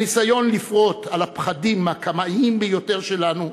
הניסיון לפרוט על הפחדים הקמאיים ביותר שלנו,